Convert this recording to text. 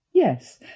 Yes